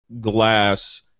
glass